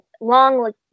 long